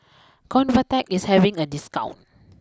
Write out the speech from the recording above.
ConvaTec is having a discount